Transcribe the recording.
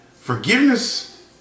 forgiveness